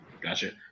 Gotcha